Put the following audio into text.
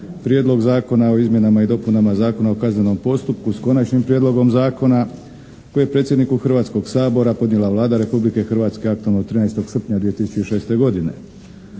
Prijedlog zakona o izmjenama i dopunama Zakona o kaznenom postupku s Konačnim prijedlogom zakona koji je predsjedniku Hrvatskog sabora podnijela Vlada Republike Hrvatske aktom od 13. srpnja 2006. godine.